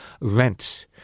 rents